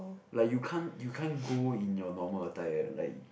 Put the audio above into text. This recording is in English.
like you can't you can't go in your normal attire like